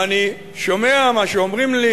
ואני שומע מה שאומרים לי: